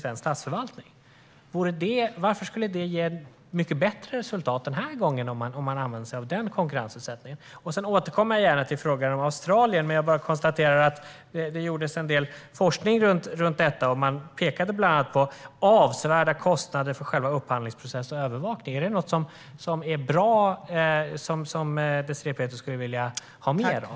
Varför skulle det ge mycket bättre resultat med konkurrensutsättning den här gången? Sedan återkommer jag gärna till frågan om Australien. Jag konstaterar bara att det har gjorts en del forskning om detta. Man pekade bland annat på avsevärda kostnader för upphandlingsprocess och övervakning. Är detta något som Désirée Pethrus tycker är bra och vill ha mer av?